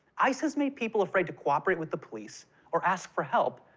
ice has made people afraid to cooperate with the police or ask for help,